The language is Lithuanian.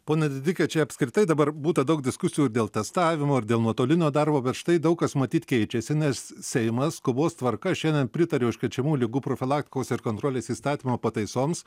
pone didike čia apskritai dabar būta daug diskusijų dėl testavimo ir dėl nuotolinio darbo bet štai daug kas matyt keičiasi nes seimas skubos tvarka šiandien pritarė užkrečiamų ligų profilaktikos ir kontrolės įstatymo pataisoms